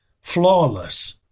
flawless